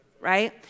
right